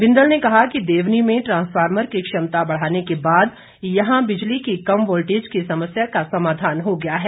बिंदल ने कहा कि देवनी में ट्रासफार्मर की क्षमता बढ़ाने के बाद यहां बिजली की कम वोल्टेज की समस्या का समाधान हो गया है